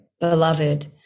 beloved